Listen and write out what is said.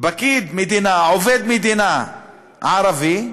פקיד מדינה, עובד מדינה ערבי,